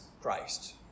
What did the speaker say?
Christ